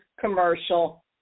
commercial